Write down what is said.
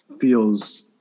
feels